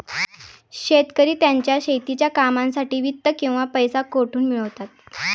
शेतकरी त्यांच्या शेतीच्या कामांसाठी वित्त किंवा पैसा कुठून मिळवतात?